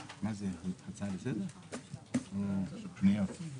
זה לא בסדר שמביאים את זה כך.